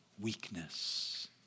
Weakness